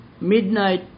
Midnight